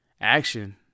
action